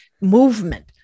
Movement